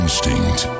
Instinct